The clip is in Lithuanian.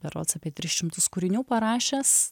berods apie tris šimtus kūrinių parašęs